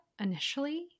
initially